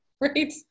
Right